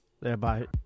thereby